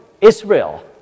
Israel